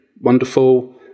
wonderful